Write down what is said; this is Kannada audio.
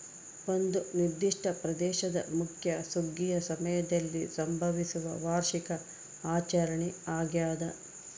ಒಂದು ನಿರ್ದಿಷ್ಟ ಪ್ರದೇಶದ ಮುಖ್ಯ ಸುಗ್ಗಿಯ ಸಮಯದಲ್ಲಿ ಸಂಭವಿಸುವ ವಾರ್ಷಿಕ ಆಚರಣೆ ಆಗ್ಯಾದ